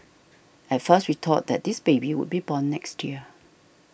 at first we thought that this baby would be born next year